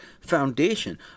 foundation